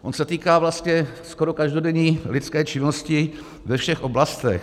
On se týká vlastně skoro každodenní lidské činnosti ve všech oblastech.